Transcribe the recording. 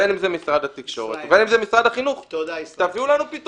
בין אם זה משרד התקשורת ובין אם זה משרד החינוך תביאו לנו פתרונות,